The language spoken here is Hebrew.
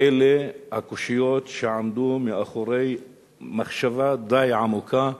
הן הקושיות שעמדו מאחורי מחשבה די עמוקה,